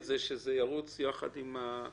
זה שזה ירוץ יחד עם התוכניות האחרות.